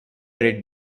red